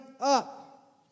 up